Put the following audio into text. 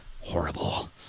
horrible